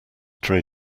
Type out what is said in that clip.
train